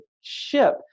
ship